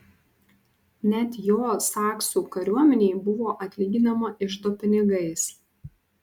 net jo saksų kariuomenei buvo atlyginama iždo pinigais